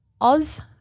oz